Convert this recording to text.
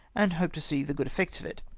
and hope to see the good effects of it.